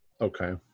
Okay